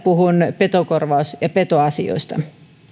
puhun petokorvaus ja petoasioista